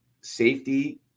safety